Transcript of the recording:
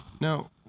Now